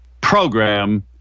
program